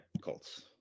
Colts